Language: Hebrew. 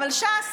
אבל ש"ס?